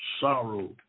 sorrow